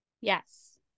Yes